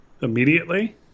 immediately